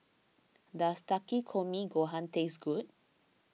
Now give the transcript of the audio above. does Takikomi Gohan taste good